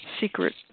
secret